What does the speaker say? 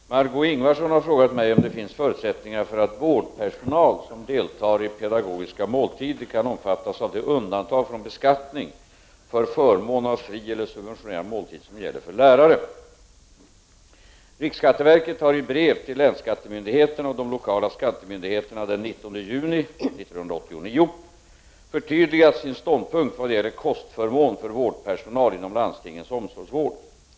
Herr talman! Margö Ingvarsson har frågat mig om det finns förutsättningar för att vårdpersonal som deltar i pedagogiska måltider kan omfattas av det undantag från beskattning för förmån av fri eller subventionerad måltid som gäller för lärare. Riksskatteverket har i brev till länsskattemyndigheterna och de lokala skattemyndigheterna den 19 juni 1989 förtydligat sin ståndpunkt vad gäller kostförmån för vårdpersonal inom landstingens omsorgsvård.